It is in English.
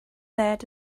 that